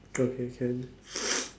okay can